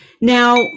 Now